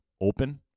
open